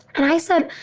and i said,